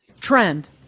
Trend